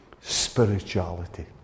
spirituality